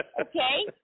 okay